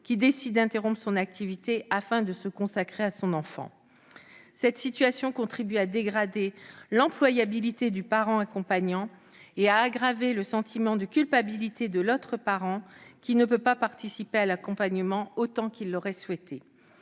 qui décide d'interrompre son activité afin de se consacrer à son enfant. Cette situation contribue à dégrader l'employabilité du parent accompagnant et à aggraver le sentiment de culpabilité de l'autre parent, qui ne peut pas participer à l'accompagnement autant qu'il l'aurait souhaité.